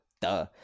duh